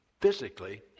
physically